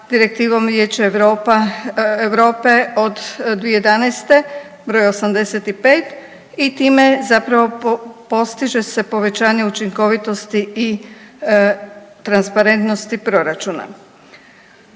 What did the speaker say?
Direktivom Vijeća Europe od 2011. br. 85. i time zapravo postiže se povećanje učinkovitosti i transparentnosti proračuna.